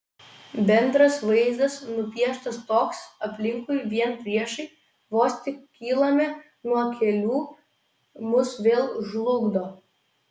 bendras vaizdas nupieštas toks aplinkui vien priešai vos tik kylame nuo kelių mus vėl žlugdo